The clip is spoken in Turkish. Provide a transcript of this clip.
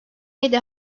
yedi